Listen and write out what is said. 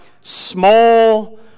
small